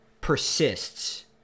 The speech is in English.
persists